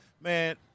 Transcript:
Man